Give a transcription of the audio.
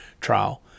trial